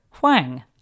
Huang